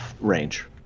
range